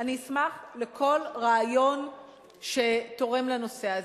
אני אשמח לכל רעיון שתורם לנושא הזה.